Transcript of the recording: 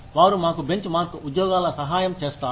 వారు మాకు benchmark ఉద్యోగాల సహాయం చేస్తారు